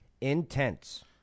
Intense